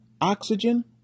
oxygen